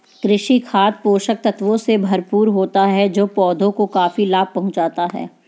कृमि खाद पोषक तत्वों से भरपूर होता है जो पौधों को काफी लाभ पहुँचाता है